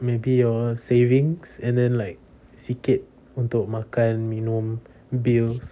maybe your savings and then like sikit untuk makan minum bills